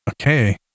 Okay